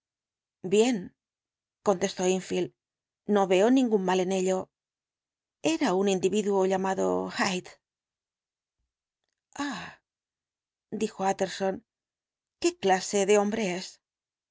bien contestó enfield no veo ningún mal en ello era un individuo llamado hyde hum dijo tjtterson qué clase de hombre